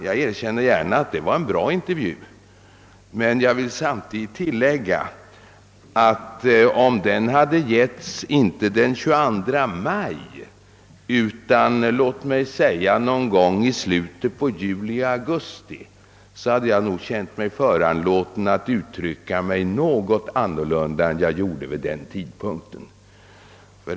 Jag erkänner gärna att det var en bra intervju, men jag vill samtidigt tillägga att om den hade getts, inte den 22 maj utan låt mig säga någon gång i slutet av juli eller augusti, så hade jag nog känt mig föranlåten att uttrycka mig annorlunda än jag gjorde i intervjun.